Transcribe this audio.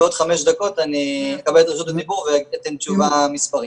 בעוד חמש דקות אני אקבל את רשות הדיבור ואתן תשובה מספרית.